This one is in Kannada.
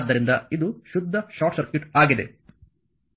ಆದ್ದರಿಂದ ಇದು ಶುದ್ಧ ಶಾರ್ಟ್ ಸರ್ಕ್ಯೂಟ್ ಆಗಿದೆ